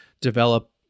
develop